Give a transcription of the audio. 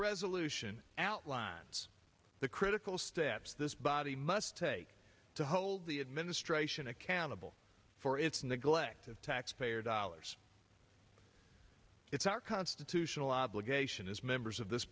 resolution outlines the critical steps this body must take to hold the administration accountable for its neglect of taxpayer dollars it's our constitutional obligation as members of this